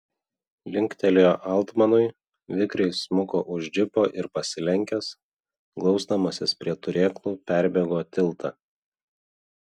linktelėjo altmanui vikriai smuko už džipo ir pasilenkęs glausdamasis prie turėklų perbėgo tiltą